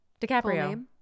DiCaprio